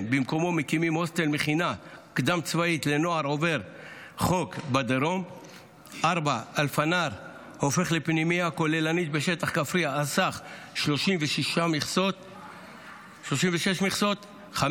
3. בית עלם, במקומו מקימים